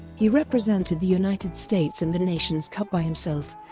he represented the united states in the nations' cup by himself,